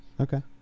Okay